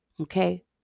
Okay